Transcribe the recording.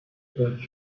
were